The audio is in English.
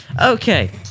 Okay